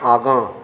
आगाँ